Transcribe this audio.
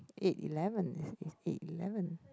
eight eleven is is eight eleven